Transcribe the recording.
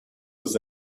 was